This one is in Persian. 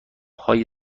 های